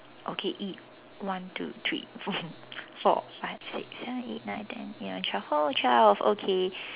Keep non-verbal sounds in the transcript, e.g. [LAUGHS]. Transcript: okay it one two three four [LAUGHS] four five six seven eight nine ten eleven twelve oh twelve okay